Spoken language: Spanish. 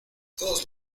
todos